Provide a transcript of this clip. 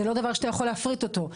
זה לא דבר שאתה יכול להפריט אותו.